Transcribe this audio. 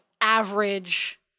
average